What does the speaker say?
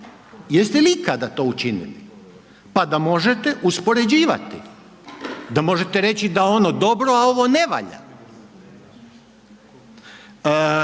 Jeste li ikada to učinili, pa da možete uspoređivati, da možete reći da ono dobro, a ovo ne valja.